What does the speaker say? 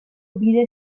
bide